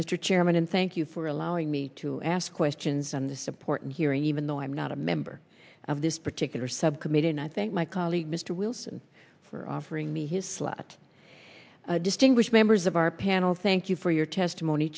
mr chairman and thank you for allowing me to ask questions on the support and hearing even though i'm not a member of this particular subcommittee and i thank my colleague mr wilson for offering me his slot distinguished members of our panel thank you for your testimony